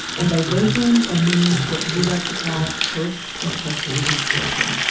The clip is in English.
and by virgin, i mean what you like to call post-incarcerated virgin?